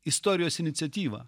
istorijos iniciatyvą